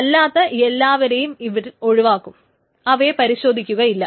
അല്ലാത്ത എല്ലാ വരെയും ഇവർ ഒഴിവാക്കും അവയെ പരിശോധിക്കുകയില്ല